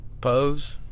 Pose